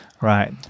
Right